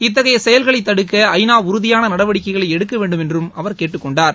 இத்தகையசெயல்களைதடுக்க ஐநாஉறுதியானநடவடிக்கைகளைஎடுக்கவேண்டும் என்றும் அவர் கேட்டுக்கொண்டார்